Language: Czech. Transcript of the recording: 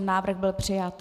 Návrh byl přijat.